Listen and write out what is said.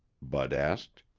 bud asked.